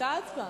היתה הצבעה.